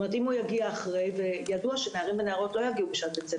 אם הוא יגיע אחרי וידוע שנערים ונערות לא יגיעו בשעות בית הספר,